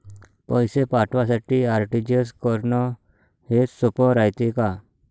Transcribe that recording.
पैसे पाठवासाठी आर.टी.जी.एस करन हेच सोप रायते का?